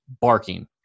barking